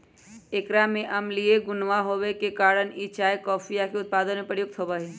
एकरा में अम्लीय गुणवा होवे के कारण ई चाय कॉफीया के उत्पादन में प्रयुक्त होवा हई